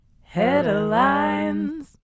Headlines